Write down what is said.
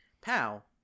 Pal